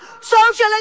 socialist